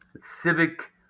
Civic